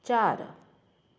चार